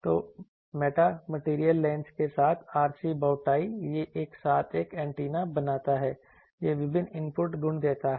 तो metamaterial lens के साथ RC बोटाई यह एक साथ एक एंटीना बनाता है यह विभिन्न इनपुट गुण देता है